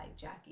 Jackie